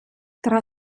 tra